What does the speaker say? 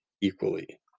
equally